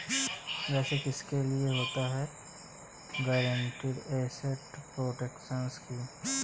वैसे किसके लिए होता है गारंटीड एसेट प्रोटेक्शन स्कीम?